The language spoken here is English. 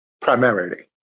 primarily